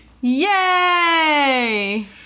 Yay